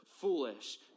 foolish